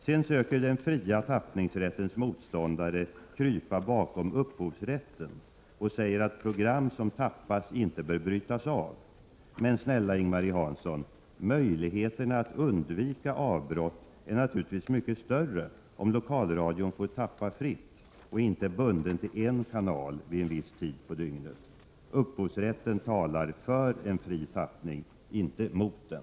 Sedan söker den fria tappningsrättens motståndare krypa bakom upphovsrätten och säger att program som tappas inte bör brytas av. Men, snälla Ing-Marie Hansson, möjligheterna att undvika avbrott är naturligtvis mycket större om lokalradion får tappa fritt och inte är bunden till en kanal vid en viss tid på dygnet. Upphovsrätten talar för en fri tappning, inte mot den.